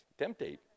temptate